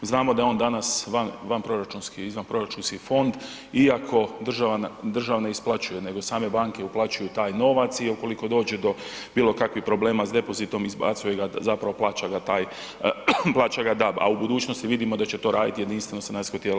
Znamo da je on danas vanproračunski, izvanproračunski fond iako država ne isplaćuje, nego same banke uplaćuju taj novac i ukoliko dođe do bilo kakvih problema s depozitom izbacuje ga, zapravo plaća ga taj, plaća ga DAB, a u budućnosti vidimo da će to raditi jedinstveno sanacijsko tijelo.